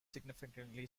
significantly